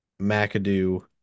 McAdoo